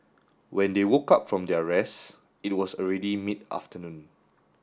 when they woke up from their rest it was already mid afternoon